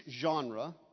genre